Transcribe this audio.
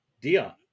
Dion